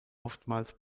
oftmals